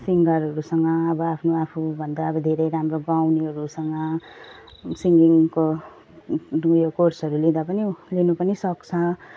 सिङ्गरहरूसँग अब आफू आफू भन्दा अब धेरै राम्रो गाउनेहरूसँग सिङ्गिङको उयो कोर्सहरू लिँदा पनि लिनु पनि सक्छ